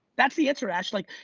that's the answer, actually.